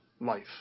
life